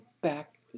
back